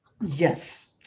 yes